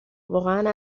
واقعا